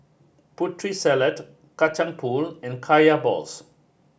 Putri Salad Kacang Pool and Kaya Balls